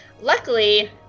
Luckily